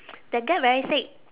that get very sick